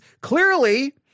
clearly